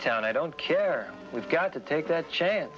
town i don't care we've got to take that chance